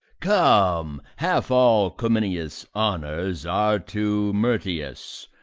come half all cominius' honours are to marcius,